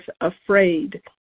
afraid